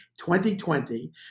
2020